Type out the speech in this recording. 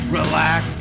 relax